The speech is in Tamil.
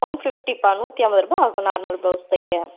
ஒன் ஃபிஃப்டிப்பா நூற்றி ஐம்பது ரூபா ஆகும் நார்மல் பிளவுஸ் தைக்க